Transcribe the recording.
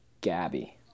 Gabby